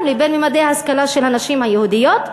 לבין ממדי ההשכלה של הנשים היהודיות,